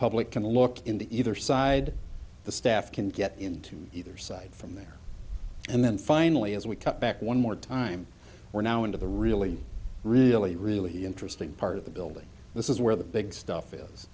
public can look into either side the staff can get into either side from there and then finally as we cut back one more time we're now into the really really really interesting part of the building this is where the big stuff is